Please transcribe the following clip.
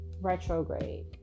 retrograde